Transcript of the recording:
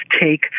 take